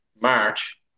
March